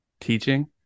teaching